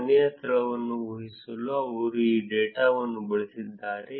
ಮನೆಯ ಸ್ಥಳವನ್ನು ಊಹಿಸಲು ಅವರು ಈ ಡೇಟಾವನ್ನು ಬಳಸಿದ್ದಾರೆ